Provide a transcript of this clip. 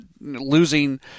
losing